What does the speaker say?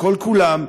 כל-כולם,